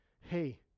hey